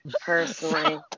personally